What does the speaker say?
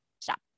Stop